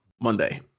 Monday